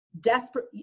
desperate